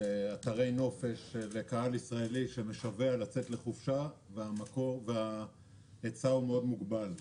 אתרי נופש לקהל ישראלי שמשווע לצאת לחופשה וההיצע מוגבל מאוד.